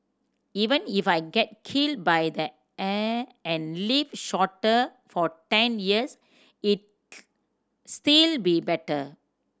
even if I get killed by the air and live shorter for ten years it still be better